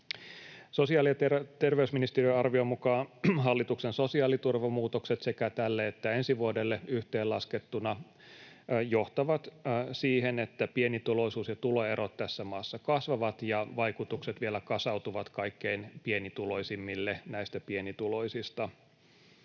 Sosiaali- ja terveysministeriön arvion mukaan hallituksen sosiaaliturvamuutokset sekä tälle että ensi vuodelle yhteenlaskettuna johtavat siihen, että pienituloisuus ja tuloerot tässä maassa kasvavat ja vaikutukset vielä kasautuvat kaikkein pienituloisimmille näistä pienituloisista.